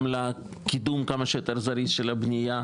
גם לקידום של הבנייה,